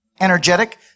Energetic